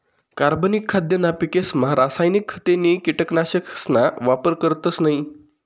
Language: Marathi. कार्बनिक खाद्यना पिकेसमा रासायनिक खते नी कीटकनाशकसना वापर करतस नयी